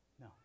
No